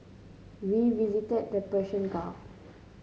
we visited the Persian Gulf